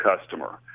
customer